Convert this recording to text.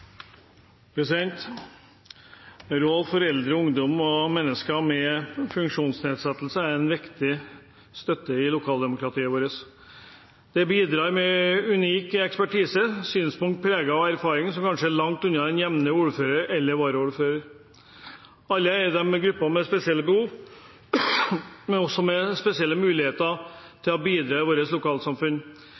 til. Råd for eldre, ungdom og mennesker med funksjonsnedsettelse er en viktig støtte i lokaldemokratiet vårt. De bidrar med unik ekspertise, synspunkt preget av erfaringer som kanskje er langt unna den jamne ordfører eller varaordfører. Alle er de grupper med spesielle behov, men også med spesielle muligheter til å bidra i våre lokalsamfunn.